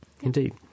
Indeed